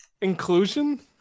Inclusion